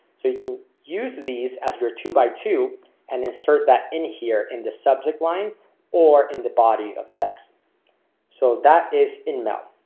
so you can use these as your two by two and insert that in here in the subject line or in the body of. so that is in mel.